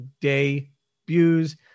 debuts